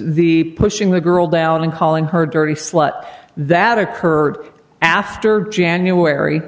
the pushing the girl down in calling her dirty slut that occurred after two daniel wary